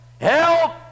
help